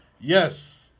Yes